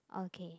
okay